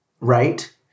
right